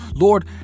Lord